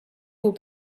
will